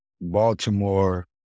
Baltimore